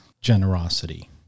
generosity